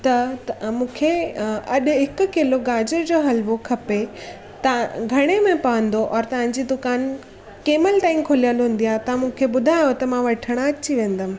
त मूंखे अ अॼु हिकु किलो गाजर जो हलुवो खपे तां घणे में पवंदो और तव्हांजी दुकान कंहिंमहिल ताईं खुलियल हूंदी आहे तव्हां मूंखे ॿुधायो त मां वठण अची वेंदमि